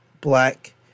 black